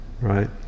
right